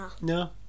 No